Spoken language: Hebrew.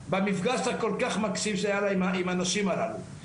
לנשים הללו,